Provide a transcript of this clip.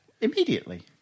Immediately